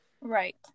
right